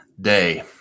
day